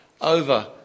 over